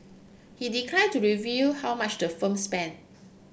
he declined to reveal how much the firm spent